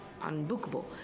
unbookable